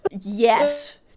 yes